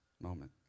moment